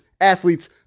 athletes